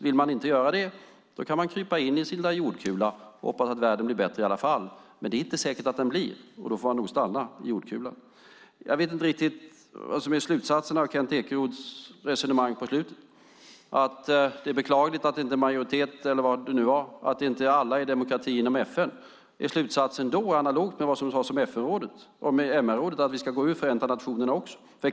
Vill man inte göra det kan man krypa in i sin lilla jordkula och hoppas att världen blir bättre i alla fall. Men det är inte säkert att den blir det, och då får man stanna i jordkulan. Jag vet inte riktigt vad som är slutsatsen av Kent Ekeroths resonemang på slutet - att det är beklagligt att det inte är en majoritet av demokratier, att inte alla är demokratier inom FN. Är slutsatsen då i analog med vad som sades som MR-rådet att vi ska gå ut ur FN?